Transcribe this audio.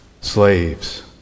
Slaves